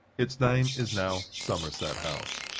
its name is now somerset house.